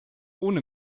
ohne